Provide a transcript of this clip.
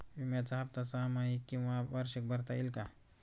विम्याचा हफ्ता सहामाही किंवा वार्षिक भरता येईल का?